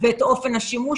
ואת אופן השימוש.